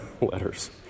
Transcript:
letters